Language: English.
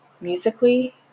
musically